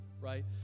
right